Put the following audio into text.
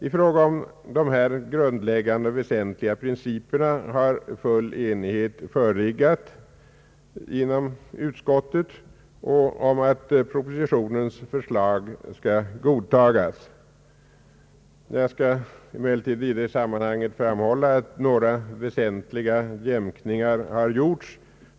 I fråga om dessa grundläggande och väsentliga principer har full enighet förelegat inom utskottet om att propositionens förslag skall godtagas. Jag skall emellertid i det sammanhanget framhålla att några väsentliga jämkningar har gjorts.